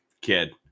kid